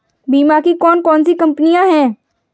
बीमा की कौन कौन सी कंपनियाँ हैं?